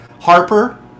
Harper